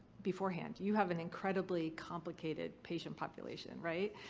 beforehand. you have an incredibly complicated patient population, right.